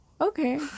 Okay